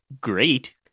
great